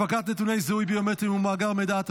הפקת נתוני זיהוי ביומטריים ומאגר מידע,